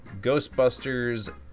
Ghostbusters